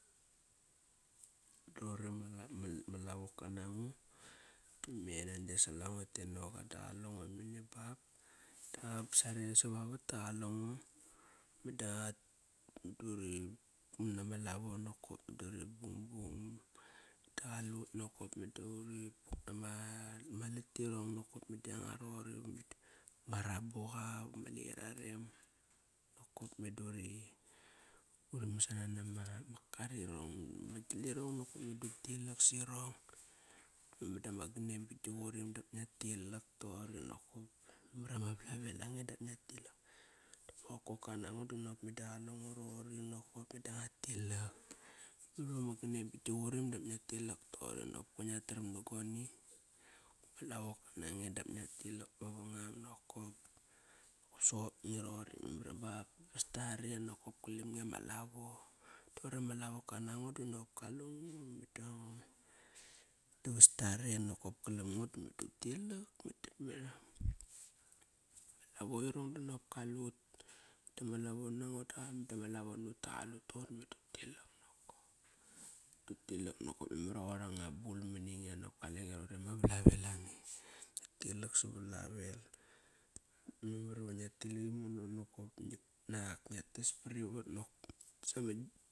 Doqori ma lavoka nango dame nan gia sal ango ele noga. Da qalongo mone bap da ngua man sare savavat da qalengo. Meda, deri nam ama lavo, meda uri bung bung. Da qalut nokop, Meda urima latirong nokop, mada anga roqori. Ma rabuqa wam a liqi ara rem. Kokop meda uri, uri masana nama karirong ama gilirong nokop. Meda utilak sirong. Meda ma ganen ba gi qurim dap ngia tilak toqori nokop. Memar iva ma valavel ange dap ngia tilak. Ma qokoka nango donop meda qalengo roqori nokop. Meda ngua tilak, Memar iva ma ganen ba gi qurim dap ngia tilak toqori nokop, Koir ngia tram na goni Ma lavoka mnang nge dap ngia tilak toqori nakop. Soqop nge roqori memaari bap vas dare nokop galam nge ma lavo. Toqori ma lavoka nango dinokop kalengo, meda, meda vas tare nokop galam ngo. Da meda utilak. ma lavo irong dinop kalut. da qalut toqori meda utilak nakap. Utilak nakop. Nenar iva qoir anga bul mani nge. Nap kalenge roqori ma valavel ange. Ngi tilak savala vel. Memar iva ngia tet rimono nokop ba ngit nak, ngia tas pari pari vat nokop.